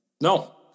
No